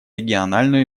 региональную